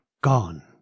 gone